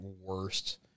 worst